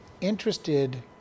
interested